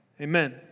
Amen